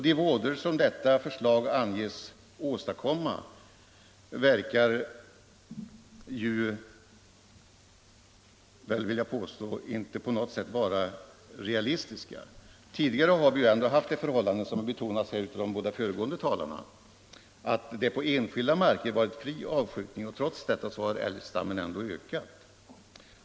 De vådor som detta förslag anges orsaka verkar, vill jag påstå, inte på något sätt realistiska. Tidigare har vi ändå haft det förhållandet, som betonats här av de båda föregående talarna, att det på enskilda marker varit fri avskjutning, och trots detta har älgstammen ökat.